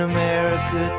America